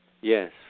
Yes